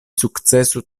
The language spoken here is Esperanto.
sukcesu